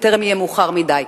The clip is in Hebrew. בטרם יהיה מאוחר מדי.